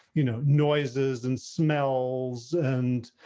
you know, noises and smells, and,